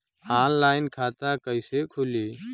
Online खाता कइसे खुली?